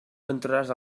entraràs